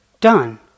Done